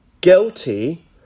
guilty